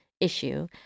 issue